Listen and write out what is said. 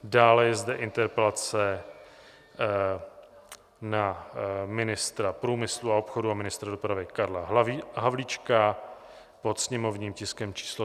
Dále je zde interpelace na ministra průmyslu a obchodu a ministra dopravy Karla Havlíčka pod sněmovním tiskem číslo 1187.